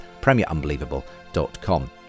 premierunbelievable.com